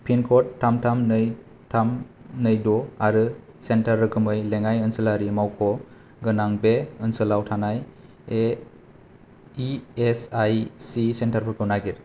पिनक'ड थाम थाम नै थाम नै द' आरो सेन्टार रोखोमै लेङाइ ओनसोलारि मावख' गोनां बे ओनसोलाव थानाय इ एस आइ सि सेन्टारफोरखौ नागिर